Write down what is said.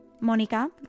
Monica